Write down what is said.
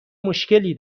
مشکلی